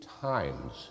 times